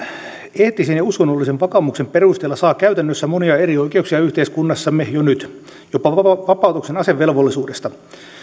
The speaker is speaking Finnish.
eettisen ja uskonnollisen vakaumuksen perusteella saa käytännössä monia erioikeuksia yhteiskunnassamme jo nyt jopa vapautuksen asevelvollisuudesta